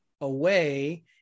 away